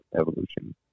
evolution